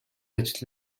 ажил